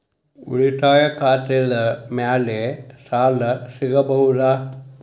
ಉಳಿತಾಯ ಖಾತೆದ ಮ್ಯಾಲೆ ಸಾಲ ಸಿಗಬಹುದಾ?